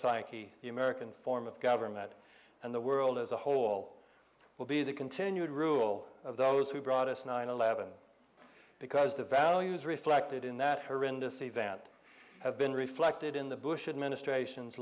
psyche the american form of government and the world as a whole will be the continued rule of those who brought us nine eleven because the values reflected in that horrendous event have been reflected in the bush administration's